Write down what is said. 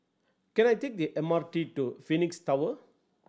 can I take the M R T to Phoenix Tower